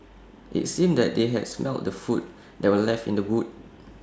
IT seemed that they had smelt the food that were left in the boot